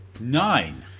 Nine